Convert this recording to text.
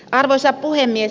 arvoisa puhemies